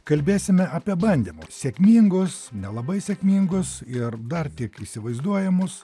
kalbėsime apie bandymus sėkmingus nelabai sėkmingus ir dar tik įsivaizduojamus